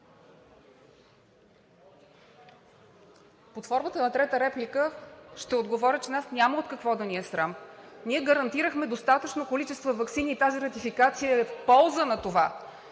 Под формата на трета реплика ще отговоря, че нас няма от какво да ни е срам. Ние гарантирахме достатъчно количества ваксини и тази ратификация е в полза на това.